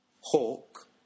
Hawk